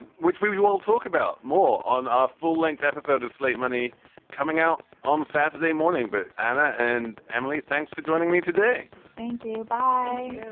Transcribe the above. which we we all talk about more on our full length episodes of slate money coming out on saturday morning but and and emily, thanks for joining me today. thank you. bye